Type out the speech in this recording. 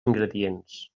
ingredients